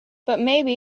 butmaybe